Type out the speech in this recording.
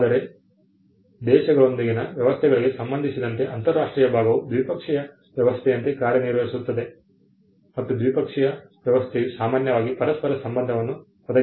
ಮತ್ತು ಆದರೆ ದೇಶಗಳೊಂದಿಗಿನ ವ್ಯವಸ್ಥೆಗಳಿಗೆ ಸಂಬಂಧಿಸಿದಂತೆ ಅಂತರರಾಷ್ಟ್ರೀಯ ಭಾಗವು ದ್ವಿಪಕ್ಷೀಯ ವ್ಯವಸ್ಥೆಯಂತೆ ಕಾರ್ಯನಿರ್ವಹಿಸುತ್ತದೆ ಮತ್ತು ದ್ವಿಪಕ್ಷೀಯ ವ್ಯವಸ್ಥೆಯು ಸಾಮಾನ್ಯವಾಗಿ ಪರಸ್ಪರ ಸಂಬಂಧವನ್ನು ಒದಗಿಸುತ್ತದೆ